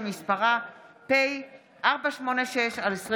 שמספרה פ/486/24.